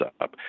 up